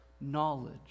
knowledge